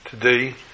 Today